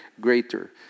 greater